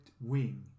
wing